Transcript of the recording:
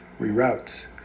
reroutes